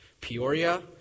Peoria